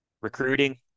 recruiting